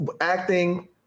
acting